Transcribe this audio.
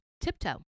tiptoe